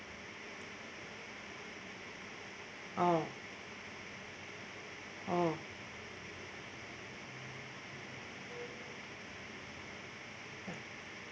oh oh